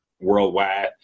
worldwide